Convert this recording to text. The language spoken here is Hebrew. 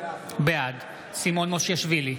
בעד סימון מושיאשוילי,